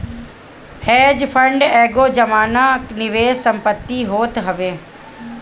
hedge fund एगो जमा निवेश संपत्ति होत हवे